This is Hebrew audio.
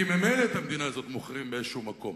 כי ממילא את המדינה הזאת מוכרים באיזשהו מקום.